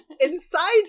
inside